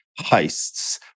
heists